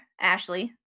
Ashley